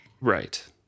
Right